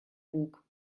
bug